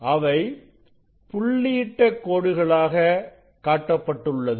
அவை புள்ளியிட்ட கோடுகளாக காட்டப்பட்டுள்ளது